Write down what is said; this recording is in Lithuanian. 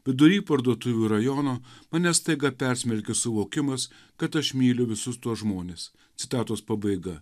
vidury parduotuvių rajono mane staiga persmelkė suvokimas kad aš myliu visus tuos žmones citatos pabaiga